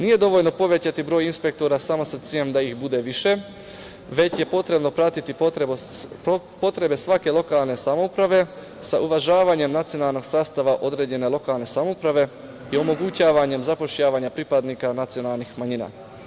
Nije dovoljno povećati broj inspektora samo sa ciljem da ih bude više, već je potrebno pratiti potrebe svake lokalne samouprave, sa uvažavanjem nacionalnog sastava određene lokalne samouprave i omogućavanjem zapošljavanja pripadnika nacionalnih manjina.